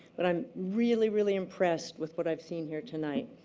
but i'm really, really impressed with what i've seen here tonight.